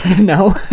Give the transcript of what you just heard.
no